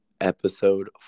episode